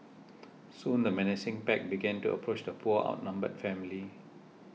soon the menacing pack began to approach the poor outnumbered family